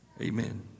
Amen